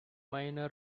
minor